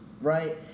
right